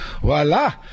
voila